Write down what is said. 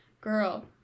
girl